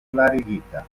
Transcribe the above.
klarigita